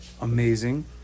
amazing